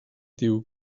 diu